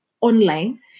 online